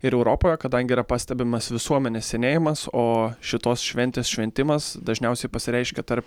ir europoje kadangi yra pastebimas visuomenės senėjimas o šitos šventės šventimas dažniausiai pasireiškia tar